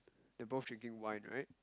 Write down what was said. they are both drinking wine right